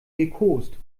gekost